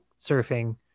surfing